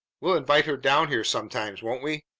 we'll invite her down here sometimes, won't we?